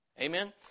Amen